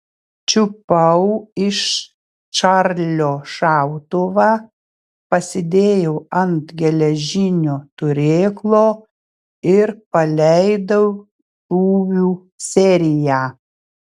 čiupau iš čarlio šautuvą pasidėjau ant geležinio turėklo ir paleidau šūvių seriją